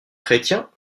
chrétiens